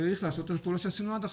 צריך לעשות את הפעולות שעשינו עד עכשיו.